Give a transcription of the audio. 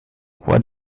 what